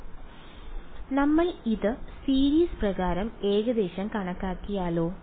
വിദ്യാർത്ഥി നമ്മൾ ഇത് സീരീസ് പ്രകാരം ഏകദേശം കണക്കാക്കിയാലോ